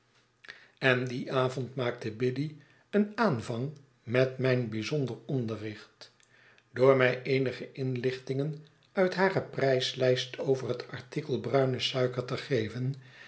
en dien avond maakte biddy een aanvang met mijn bijzonder onderricht door my eenige inlichtingen uit hare pryslyst over het artikel bruine suiker te geven